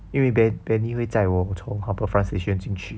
因为 ben benny 会载我从 harbourfront station 进去